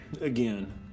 Again